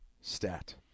stat